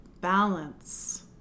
balance